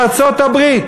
לארצות-הברית